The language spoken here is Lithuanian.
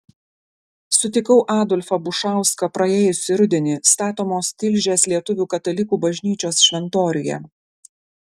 sutikau adolfą bušauską praėjusį rudenį statomos tilžės lietuvių katalikų bažnyčios šventoriuje